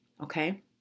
okay